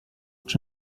czy